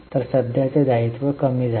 तर सध्याचे दायित्व कमी झाले